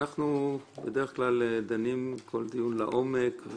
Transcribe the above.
אנחנו בדרך כלל דנים לעומק,